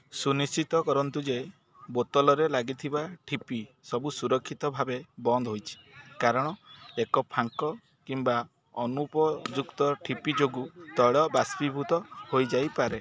ସୁନିଶ୍ଚିତ କରନ୍ତୁ ଯେ ବୋତଲରେ ଲାଗିଥିବା ଠିପି ସବୁ ସୁରକ୍ଷିତ ଭାବେ ବନ୍ଦ ହୋଇଛି କାରଣ ଏକ ଫାଙ୍କ କିମ୍ବା ଅନୁପଯୁକ୍ତ ଠିପି ଯୋଗୁଁ ତୈଳ ବାଷ୍ପୀଭୂତ ହୋଇଯାଇପାରେ